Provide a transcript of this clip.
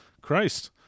Christ